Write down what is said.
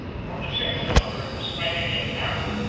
from the ships, however, it was strikingly apparent,